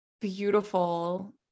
beautiful